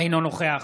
אינו נוכח